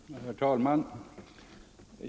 Herr talman!